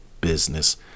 business